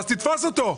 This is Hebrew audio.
אז תתפוס אותו.